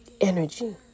energy